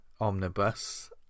omnibus